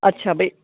अच्छा भई